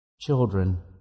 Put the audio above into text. Children